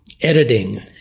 Editing